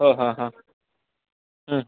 हो हां हां